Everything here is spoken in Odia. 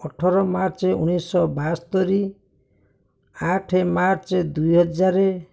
ଅଠର ମାର୍ଚ୍ଚ ଉଣେଇଶହ ବାସ୍ତରି ଆଠେ ମାର୍ଚ୍ଚ ଦୁଇ ହଜାର